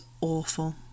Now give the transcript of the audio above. awful